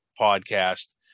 podcast